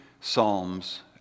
psalms